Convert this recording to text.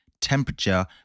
temperature